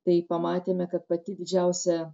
tai pamatėme kad pati didžiausia